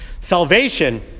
Salvation